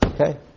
Okay